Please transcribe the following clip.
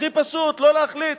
הכי פשוט לא להחליט.